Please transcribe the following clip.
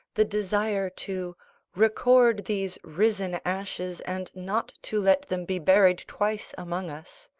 the desire to record these risen ashes and not to let them be buried twice among us,